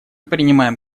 принимаем